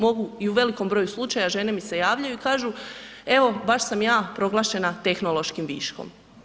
Mogu i u velikom broju slučaja, žene mi se javljaju i kažu evo baš sam ja proglašena tehnološkim viškom.